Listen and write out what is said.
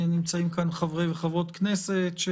נמצאים כאן שעות חברי וחברות כנסת.